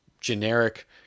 generic